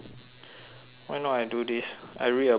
why not I do this I read a book to you